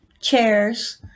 chairs